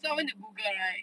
so I went to google right